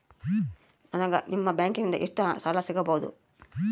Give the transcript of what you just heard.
ನನಗ ನಿಮ್ಮ ಬ್ಯಾಂಕಿನಿಂದ ಎಷ್ಟು ಸಾಲ ಸಿಗಬಹುದು?